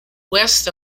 west